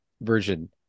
version